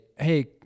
hey